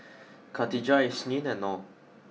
Katijah Isnin and Nor